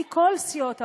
מכל סיעות הבית,